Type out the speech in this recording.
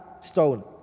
stone